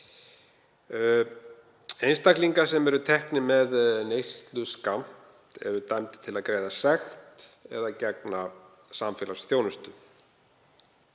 Einstaklingar sem teknir eru með neysluskammt eru dæmdir til að greiða sekt eða gegna samfélagsþjónustu.